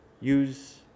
use